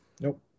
Nope